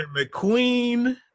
mcqueen